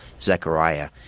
Zechariah